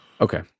Okay